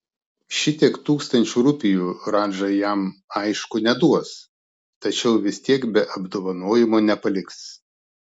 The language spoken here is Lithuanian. šitiek tūkstančių rupijų radža jam aišku neduos tačiau vis tiek be apdovanojimo nepaliks